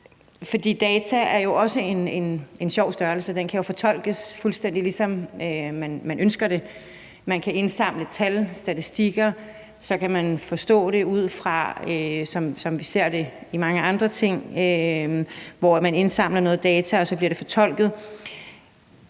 data er jo en sjov størrelse; de kan fortolkes, fuldstændig som man ønsker det. Man kan indsamle tal og statistikker, og så kan man forstå det på den måde, som man ser i forhold til mange andre ting, hvor man indsamler noget data, og så bliver det fortolket.